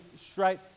straight